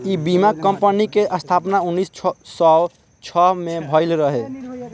इ बीमा कंपनी के स्थापना उन्नीस सौ छह में भईल रहे